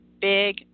Big